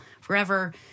forever